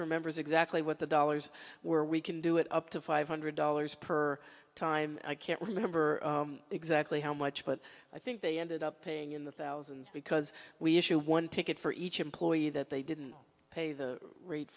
remembers exactly what the dollars were we can do it up to five hundred dollars per time i can't remember exactly how much but i think they ended up paying in the thousands because we issue one ticket for each employee that they didn't pay the rate